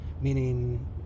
meaning